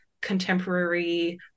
contemporary